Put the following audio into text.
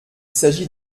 s’agit